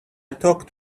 talked